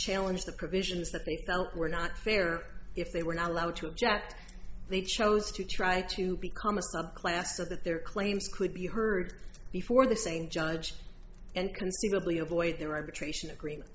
challenge the provisions that they felt were not fair if they were not allowed to object they chose to try to become a subclass so that their claims could be heard before the same judge and conceivably avoid the right patrician agreement